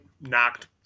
knocked